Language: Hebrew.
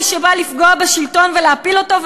מי שבא לפגוע בשלטון ולהפיל אותו,